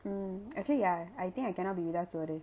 mm actually ya I think I cannot be without soru